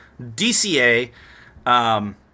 DCA